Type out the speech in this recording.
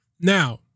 Now